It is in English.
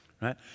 right